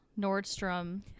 Nordstrom